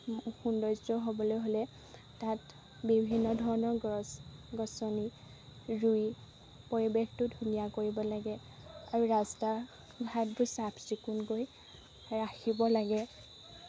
সৌন্দৰ্য হ'বলৈ হ'লে তাত বিভিন্ন ধৰণৰ গছ গছনি ৰুই পৰিৱেশটো ধুনীয়া কৰিব লাগে আৰু ৰাস্তা ঘাটবোৰ চাফচিকুণকৈ ৰাখিব লাগে